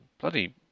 bloody